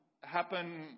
happen